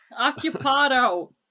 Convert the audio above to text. Occupado